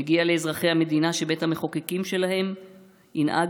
מגיע לאזרחי המדינה שבית המחוקקים שלהם ינהג